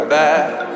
back